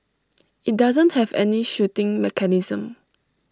IT doesn't have any shooting mechanism